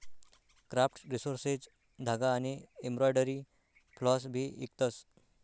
craft resources धागा आनी embroidery floss भी इकतस